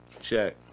Check